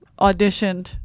auditioned